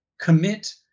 commit